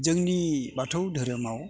जोंनि बाथौ धोरोमाव